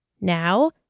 Now